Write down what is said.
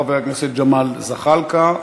חבר הכנסת ג'מאל זחאלקה,